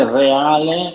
reale